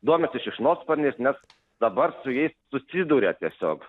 domisi šikšnosparnis net dabar su jais susiduria tiesiog